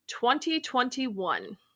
2021